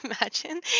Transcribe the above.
Imagine